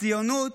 הציונות,